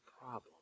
problem